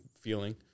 feeling